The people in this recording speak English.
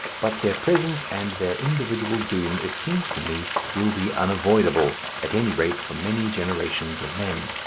but their presence and their individual doom, it seems to me, will be unavoidable at any rate, for many generations of men.